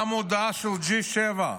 גם הודעה של G7,